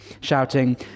shouting